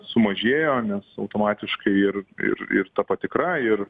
sumažėjo nes automatiškai ir ir ir ta patikra ir